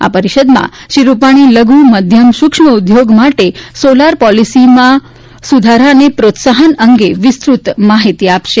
આ પરિષદમાં શ્રી રૂપાણી લઘુ મધ્યમ સુક્ષ્મ ઉદ્યોગ માટે સોલાર પોલીસીમાં સુારબા અને પ્રોત્સાહન અંગે વિસ્તૃત માહિતી આપશે